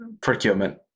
procurement